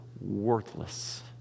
worthless